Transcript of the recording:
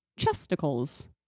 Chesticles